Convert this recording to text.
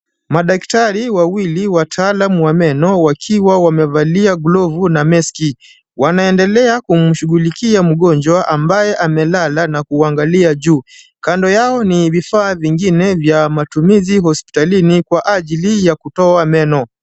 Madaktari wawili wataalamu wa meno wakiwa wamevalia glavu na maski, wanaendelea kumshughulikia mgonjwa ambaye amelala na kuangalia juu, kando yao ni vifaa vingine vya matumizi hospitalini kwa ajili ya kutoa meno.